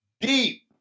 deep